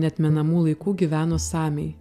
neatmenamų laikų gyveno samiai